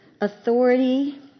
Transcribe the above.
authority